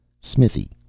Smithy